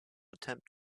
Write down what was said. attempt